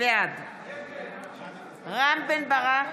בעד רם בן ברק,